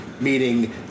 meaning